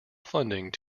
funding